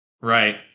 right